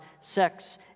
sex